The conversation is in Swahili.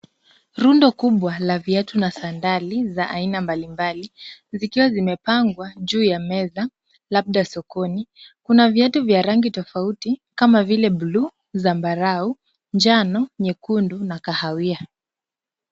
Rundo kubwa la viatu na sandali za aina mbali mbali zikiwa zimepangwa juu ya meza labda sokoni. Kuna viatu vya rangi tofauti kama vile buluu, zambarau, njano, nyekundu na kahawia.